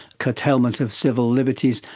curtailment of civil liberties.